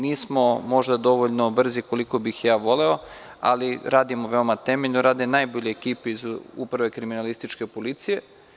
Nismo možda dovoljno brzi koliko bih voleo, ali radimo veoma temeljno, rade najbolje ekipe iz Uprave kriminalističke policije.